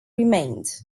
remained